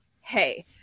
hey